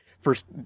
first